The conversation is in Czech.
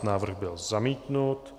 Návrh byl zamítnut.